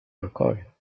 mccoy